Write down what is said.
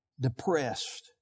depressed